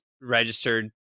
registered